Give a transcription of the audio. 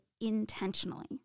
intentionally